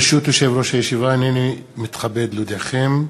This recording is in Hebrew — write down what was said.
ברשות יושב-ראש הישיבה, הנני מתכבד להודיעכם,